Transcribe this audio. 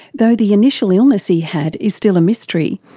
though the initial illness he had is still a mystery,